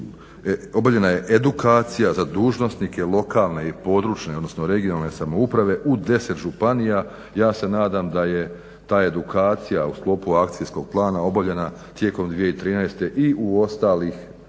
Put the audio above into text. obavljena je edukacija za dužnosnike lokalne i područne odnosno regionalne samouprave u 10 županija. Ja se nadam da je ta edukacija u sklopu akcijskog plana obavljena tijekom 2013. i u ostalih 9